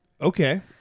okay